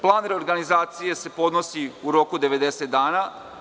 Plan reorganizacije se podnosi u roku od 90 dana.